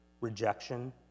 rejection